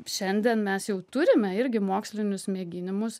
šiandien mes jau turime irgi mokslinius mėginimus